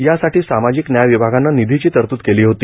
यासाठी सामाजिक न्याय विभागाने निधीची तरतूद केली होती